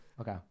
Okay